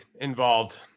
involved